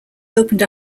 opened